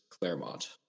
Claremont